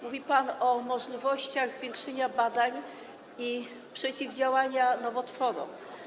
Mówi pan o możliwościach zwiększenia badań i przeciwdziałania nowotworom.